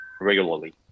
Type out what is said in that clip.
regularly